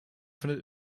findet